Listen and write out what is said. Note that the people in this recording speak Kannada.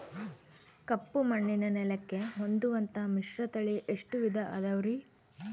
ಕಪ್ಪುಮಣ್ಣಿನ ನೆಲಕ್ಕೆ ಹೊಂದುವಂಥ ಮಿಶ್ರತಳಿ ಎಷ್ಟು ವಿಧ ಅದವರಿ?